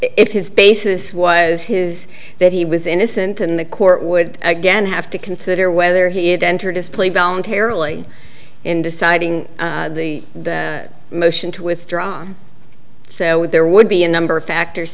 it is basis was his that he was innocent in the court would again have to consider whether he had entered his play voluntarily in deciding the motion to withdraw so there would be a number of factors